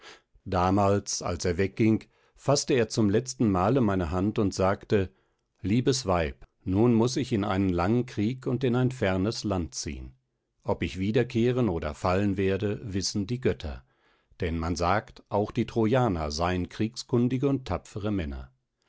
damals als er wegging faßte er zum letztenmale meine hand und sagte liebes weib nun muß ich in einen langen krieg und in ein fernes land ziehn ob ich wiederkehren oder fallen werde wissen die götter denn man sagt auch die trojaner seien kriegskundige und tapfere männer